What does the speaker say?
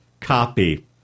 copy